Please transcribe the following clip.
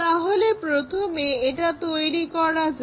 তাহলে প্রথমে এটা তৈরী করা যাক